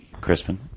Crispin